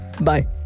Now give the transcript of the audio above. Bye